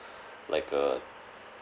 like a